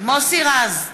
מוסי רז,